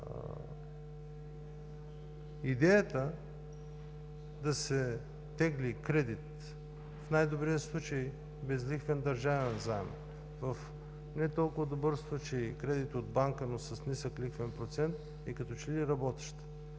Идеята да се тегли кредит, в най-добрия случай безлихвен държавен заем, в нетолкова добър случай кредит от банка, но с нисък лихвен процент, е като че ли работеща.